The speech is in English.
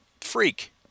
freak